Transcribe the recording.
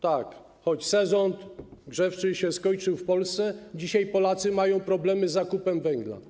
Tak, choć sezon grzewczy się skończył w Polsce, dzisiaj Polacy mają problemy z zakupem węgla.